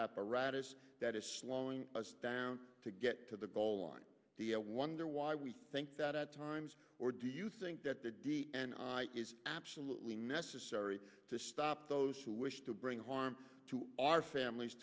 apparatus that is slowing down to get to the ball on the i wonder why we think that at times or do you think that the d n a is absolutely necessary to stop those who wish to bring harm to our families